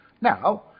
Now